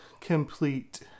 complete